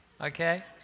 Okay